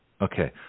Okay